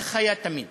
כך היה תמיד.